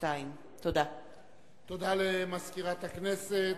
תודה למזכירת הכנסת.